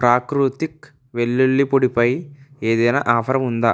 ప్రాకృతిక్ వెల్లుల్లి పొడి పై ఏదైనా ఆఫర్ ఉందా